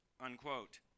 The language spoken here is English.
unquote